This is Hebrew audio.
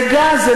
זה גז,